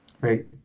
great